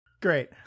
Great